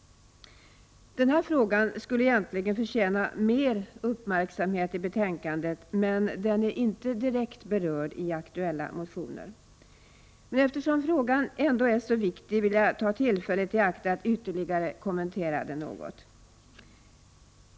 Den här frågan skulle egentligen förtjäna mer uppmärksamhet i betänkandet, men den är inte direkt berörd i de aktuella motionerna. Eftersom frågan är så viktig vill jag ändå ta tillfället i akt att ytterligare kommentera den något.